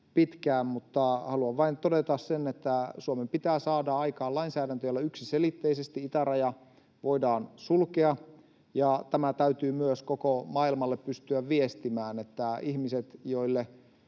pitkään, mutta haluan vain todeta sen, että Suomen pitää saada aikaan lainsäädäntö, jolla yksiselitteisesti itäraja voidaan sulkea. Tämä täytyy myös pystyä viestimään koko maailmalle